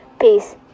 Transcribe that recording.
Peace